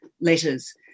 letters